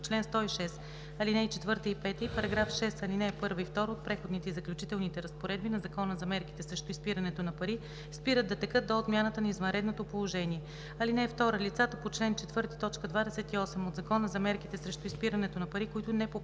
чл. 106, ал. 4 и 5, и § 6, ал. 1 и 2 от преходните и заключителните разпоредби на Закона за мерките срещу изпирането на пари спират да текат до отмяната на извънредното положение. (2) Лицата по чл. 4, т. 28 от Закона за мерките срещу изпирането на пари,